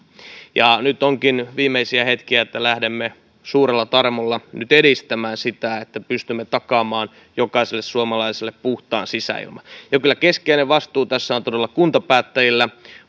nyt onkin viimeisiä hetkiä että lähdemme suurella tarmolla nyt edistämään sitä että pystymme takaamaan jokaiselle suomalaiselle puhtaan sisäilman kyllä keskeinen vastuu tässä on todella kuntapäättäjillä